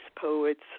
poets